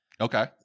Okay